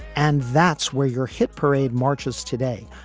and that's where your hit parade marches today.